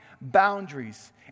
boundaries